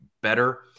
better